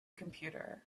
computer